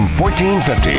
1450